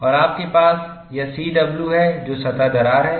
और आपके पास यह C W है जो सतह दरार है